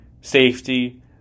safety